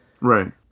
right